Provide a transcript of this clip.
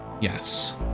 Yes